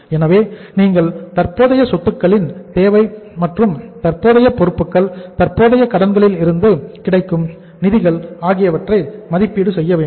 எனவே நீங்கள் தற்போதைய சொத்துக்களின் தேவை மற்றும் தற்போதைய பொறுப்புக்கள் தற்போதைய கடன்களில் இருந்து கிடைக்கும் நிதிகள் ஆகியவற்றை மதிப்பீடு செய்ய வேண்டும்